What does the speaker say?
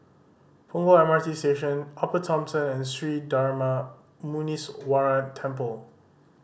Punggol M R T Station Upper Thomson and Sri Darma Muneeswaran Temple